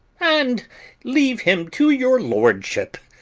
and leave him to your lordship.